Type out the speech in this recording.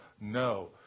No